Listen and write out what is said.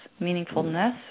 meaningfulness